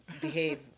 behave